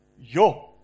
Yo